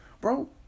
bro